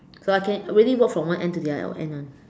so I can really walk from one end to the other end [one]